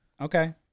Okay